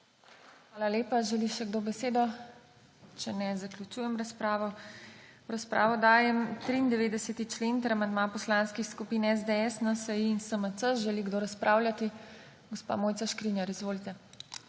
Hvala lepa. Želi še kdo besedo? (Ne.) Če ne, zaključujem razpravo. V razpravo dajem 93. člen ter amandma Poslanskih skupin SDS, NSi in SMC. Želi kdo razpravljati? (Da.) Gospa Mojca Škrinjar, izvolite.